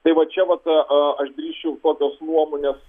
tai va čia vat aš drįsčiau tokios nuomonės